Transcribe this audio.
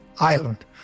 island